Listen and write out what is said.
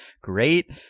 great